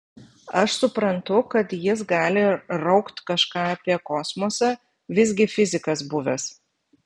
aš suprantu kad jis gali raukt kažką apie kosmosą visgi fizikas buvęs